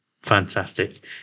Fantastic